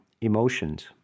emotions